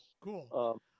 Cool